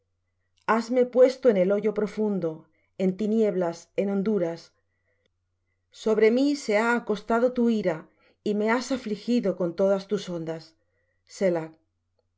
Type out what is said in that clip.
hasme puesto en el hoyo profundo en tinieblas en honduras sobre mí se ha acostado tu ira y me has afligido con todas tus ondas selah has